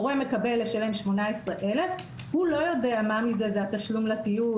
הורה מקבל לשלם 18,000. הוא לא יודע מה מזה זה התשלום לטיול,